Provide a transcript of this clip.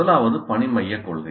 முதலாவது பணி மையக் கொள்கை